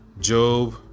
Job